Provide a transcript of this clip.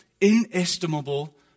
inestimable